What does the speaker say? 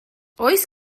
oes